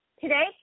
Today